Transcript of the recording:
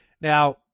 Now